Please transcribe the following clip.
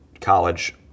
college